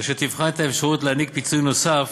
אשר תבחן את האפשרות להעניק פיצוי נוסף